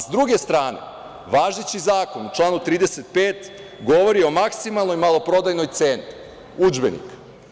S druge strane, važeći zakon u članu 35. govori o maksimalnoj maloprodajnoj ceni udžbenika.